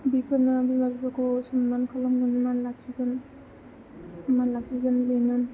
बेफोरनो बिमा बिफाखौ सनमान खालामगोन मान लाखिगोन बेनो